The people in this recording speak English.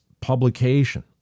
publication